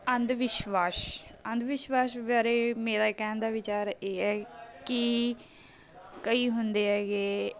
ਅੰਧ ਵਿਸ਼ਵਾਸ ਅੰਧ ਵਿਸ਼ਵਾਸ ਬਾਰੇ ਮੇਰਾ ਇਹ ਕਹਿਣ ਦਾ ਵਿਚਾਰ ਇਹ ਹੈ ਕਿ ਕਈ ਹੁੰਦੇ ਹੈਗੇ